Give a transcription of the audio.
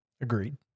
Agreed